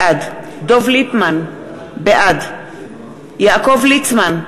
בעד דב ליפמן, בעד יעקב ליצמן,